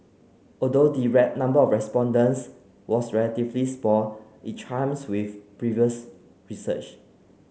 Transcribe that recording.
although the number of respondents was relatively it chimes with previous research